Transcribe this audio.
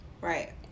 Right